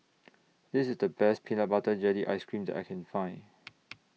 This IS The Best Peanut Butter Jelly Ice Cream that I Can Find